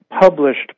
published